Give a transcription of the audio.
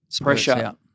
pressure